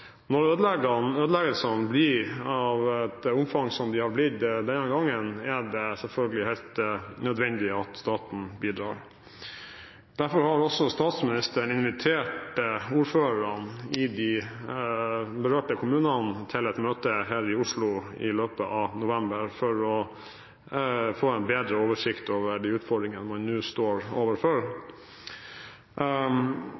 Når ødeleggelsene blir av det omfanget som de har blitt denne gangen, er det selvfølgelig helt nødvendig at staten bidrar. Derfor har også statsministeren invitert ordførerne i de berørte kommunene til et møte her i Oslo i løpet av november for å få bedre oversikt over de utfordringene man nå står